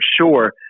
sure